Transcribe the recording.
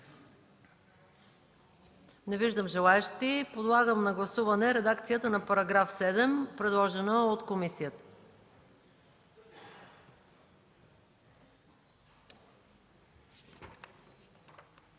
Не виждам желаещи. Подлагам на гласуване редакция на § 7, предложена от комисията.